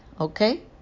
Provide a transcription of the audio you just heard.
Okay